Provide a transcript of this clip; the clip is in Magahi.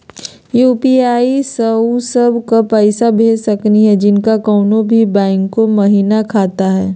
यू.पी.आई स उ सब क पैसा भेज सकली हई जिनका कोनो भी बैंको महिना खाता हई?